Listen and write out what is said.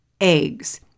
Eggs